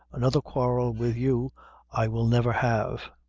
another quarrel with you i will never have.